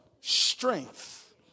strength